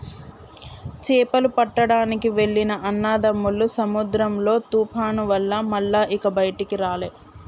చేపలు పట్టడానికి వెళ్లిన అన్నదమ్ములు సముద్రంలో తుఫాను వల్ల మల్ల ఇక బయటికి రాలే